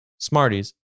Smarties